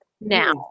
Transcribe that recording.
now